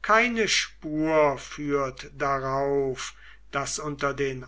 keine spur führt darauf daß unter den